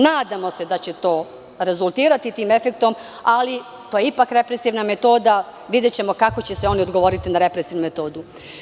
Nadamo se da će to rezultirati tim efektom, ali to je ipak represivna metoda, videćemo kako će oni odgovoriti na represivnu metodu.